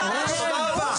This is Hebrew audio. תודה רבה.